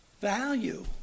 value